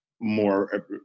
more